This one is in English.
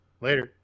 Later